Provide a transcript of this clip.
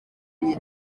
iyi